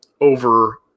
over